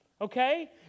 Okay